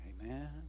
Amen